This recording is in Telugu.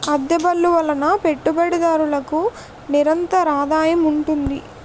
అద్దె బళ్ళు వలన పెట్టుబడిదారులకు నిరంతరాదాయం ఉంటుంది